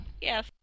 Yes